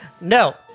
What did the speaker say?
No